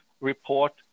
report